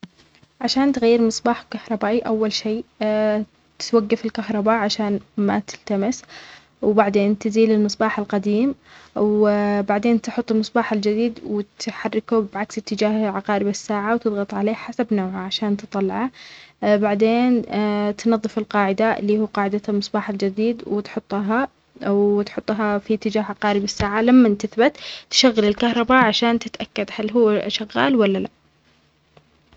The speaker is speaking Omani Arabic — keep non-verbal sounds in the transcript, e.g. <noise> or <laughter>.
عشان تغير مصباح كهربائي، أول شيء <hesitation> توقف الكهرباء عشان ما تلتمس، وبعدين تزيل المصباح القديم، و بعدين تحط المصباح الجديد و تحركه بعكس اتجاه عقارب الساعة وتضغط عليه حسب نوعه عشان تطلعه، بعدين <hesitation> تنظف القاعدة إللي هو قاعدة المصباح الجديد وتحطها- وتحطها في اتجاه أقارب الساعة لمن تثبت. تشغل الكهرباء عشان تتأكد هل هو شغال ولا لأ.